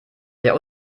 sehr